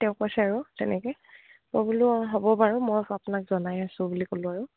তেওঁ কৈছে আৰু তেনেকে ক' বোলো হ'ব বাৰু মই আপোনাক জনাই আছোঁ বুলি ক'লোঁ আৰু